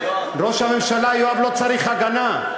ראש הממשלה, יואב, לא צריך הגנה.